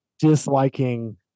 disliking